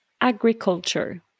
agriculture